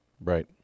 Right